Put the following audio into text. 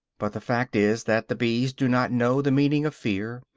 but the fact is that the bees do not know the meaning of fear,